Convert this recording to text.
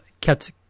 kept